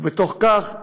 ובתוך כך בתקשורת.